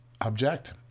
object